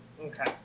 Okay